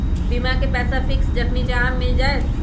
बीमा के पैसा फिक्स जखनि चाहम मिल जाएत?